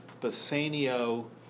Bassanio